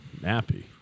nappy